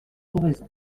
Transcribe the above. oraison